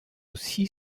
aussi